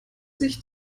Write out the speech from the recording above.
sich